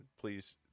please